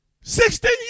Sixteen